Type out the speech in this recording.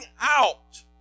out